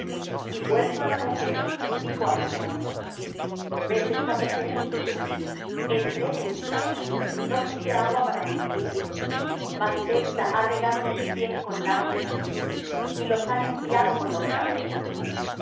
y vuelto á la mujer dijo á simón ves esta mujer entré en tu casa no diste agua para mis pies mas ésta ha regado mis pies con lágrimas y los ha limpiado con los cabellos